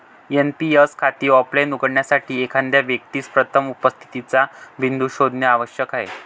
NPS खाते offline उघडण्यासाठी, एखाद्या व्यक्तीस प्रथम उपस्थितीचा बिंदू शोधणे आवश्यक आहे